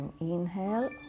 inhale